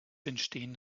entstehen